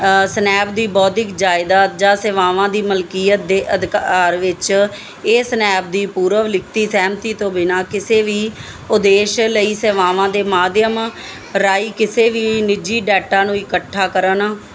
snap ਦੀ ਬੌਧਿਕ ਜਾਇਦਾਦ ਜਾਂ ਸੇਵਾਵਾਂ ਦੀ ਮਲਕੀਅਤ ਦੇ ਅਧਿਕਾਰ ਵਿੱਚ ਇਹ ਸਨੈਪ ਦੀ ਪੂਰਵ ਲਿਖਤੀ ਸਹਿਮਤੀ ਤੋਂ ਬਿਨਾਂ ਕਿਸੇ ਵੀ ਉਦੇਸ਼ ਲਈ ਸੇਵਾਵਾਂ ਦੇ ਮਾਧਿਅਮ ਰਾਹੀ ਕਿਸੇ ਵੀ ਨਿੱਜੀ ਡਾਟਾ ਨੂੰ ਇਕੱਠਾ ਕਰਨ